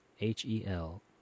H-E-L